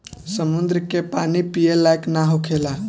समुंद्र के पानी पिए लायक ना होखेला